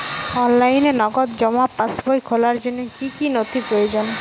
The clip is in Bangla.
অনলাইনে নগদ জমা পাসবই খোলার জন্য কী কী নথি প্রয়োজন?